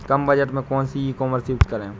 कम budget में कौन सी ई कॉमर्स यूज़ करें?